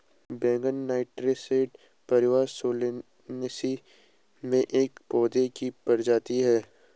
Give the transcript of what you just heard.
बैंगन नाइटशेड परिवार सोलानेसी में एक पौधे की प्रजाति है